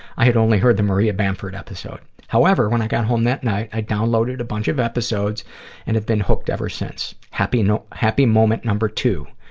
i had only heard the maria bamford episode. however, when i got home that night, i downloaded a bunch of episodes and have been hooked ever since. happy you know happy moment number two.